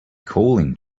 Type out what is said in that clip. calling